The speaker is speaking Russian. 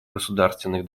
государственных